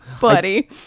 buddy